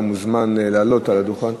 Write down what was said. אתה מוזמן לעלות על הדוכן.